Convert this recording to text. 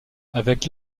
avec